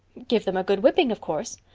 give them a good whipping, of course.